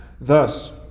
Thus